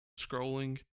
scrolling